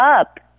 up